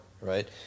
right